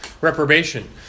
reprobation